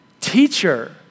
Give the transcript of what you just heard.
teacher